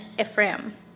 Ephraim